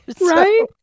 right